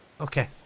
Okay